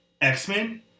X-Men